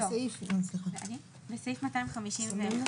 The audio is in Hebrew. עד יום כ"א בתמוז התשפ"א (1 ביולי 2021) 17%,